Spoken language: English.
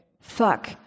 fuck